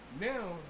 Now